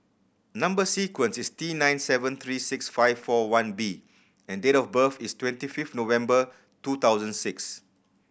number sequence is T nine seven three six five four one B and date of birth is twenty fifth November two thousand six